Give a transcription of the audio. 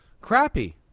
crappy